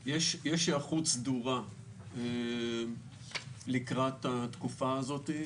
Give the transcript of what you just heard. יש היערכות סדורה לקראת התקופה הזאת,